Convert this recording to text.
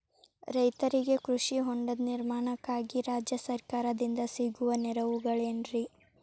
ರೈತರಿಗೆ ಕೃಷಿ ಹೊಂಡದ ನಿರ್ಮಾಣಕ್ಕಾಗಿ ರಾಜ್ಯ ಸರ್ಕಾರದಿಂದ ಸಿಗುವ ನೆರವುಗಳೇನ್ರಿ?